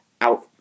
out